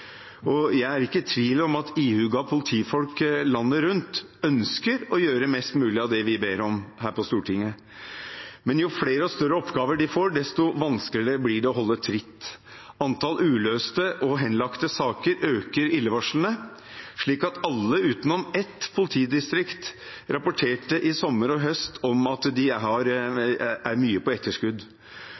Jeg er ikke i tvil om at ihuga politifolk landet rundt ønsker å gjøre mest mulig av det vi ber om her på Stortinget. Men jo flere og større oppgaver de får, desto vanskeligere blir det å holde tritt. Antall uløste og henlagte saker øker illevarslende, og alle utenom ett politidistrikt rapporterte i sommer og høst om at de er mye på etterskudd.